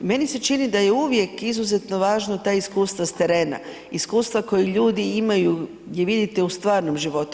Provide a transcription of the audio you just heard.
Meni se čini da je uvijek izuzetno važno ta iskustva s terena, iskustva koji ljudi imaju, gdje vidite u stvarnom životu.